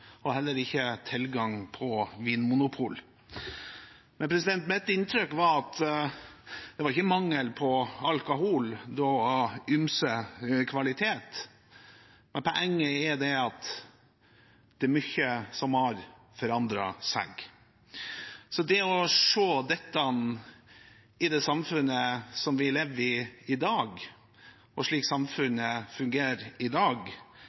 og der det ikke var tilgang på Vinmonopol. Men mitt inntrykk var at det ikke var mangel på alkohol, da av ymse kvalitet. Poenget er at det er mye som har forandret seg. Det å se dette i det samfunnet vi lever i i dag, og slik samfunnet fungerer i dag,